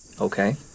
Okay